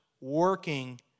working